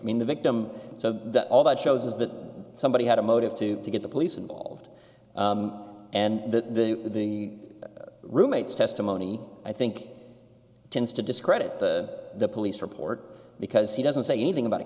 i mean the victim so that all that shows is that somebody had a motive to get the police involved and that the the roommate's testimony i think tends to discredit the police report because he doesn't say anything about a